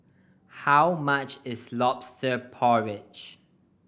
how much is Lobster Porridge